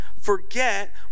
forget